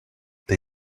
they